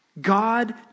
God